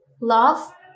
love